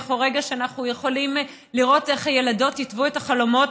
או לרגע שבו אנחנו יכולים לראות איך הילדות יטוו את החלומות.